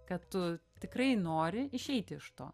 kad tu tikrai nori išeiti iš to